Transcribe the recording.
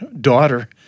daughter